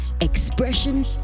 Expression